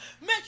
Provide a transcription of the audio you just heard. Make